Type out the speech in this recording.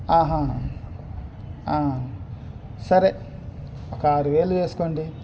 సరే ఒక ఆరు వేలు వేసుకోండి